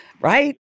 right